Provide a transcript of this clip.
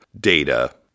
data